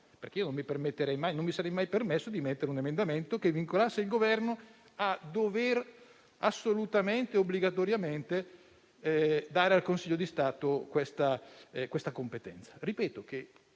legge; non mi sarei mai permesso infatti di presentare un emendamento che vincolasse il Governo a dover assolutamente e obbligatoriamente dare al Consiglio di Stato questa competenza che,